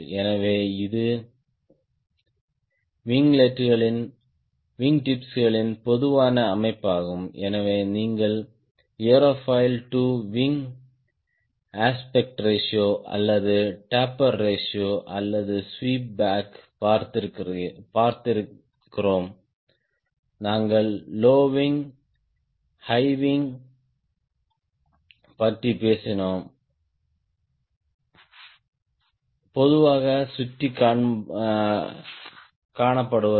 எனவே இது விங்கிடிப்களின் பொதுவான அமைப்பாகும் எனவே நீங்கள் aerofoil to wing aspect ratio அல்லது டேப்பர் ரேஷியோ அல்லது ஸ்வீப் பேக் பார்த்திருக்கிறோம் நாங்கள் ஹை விங் லோ விங் பற்றி பேசினோம் பொதுவாக சுற்றி காணப்படுவது